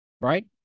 right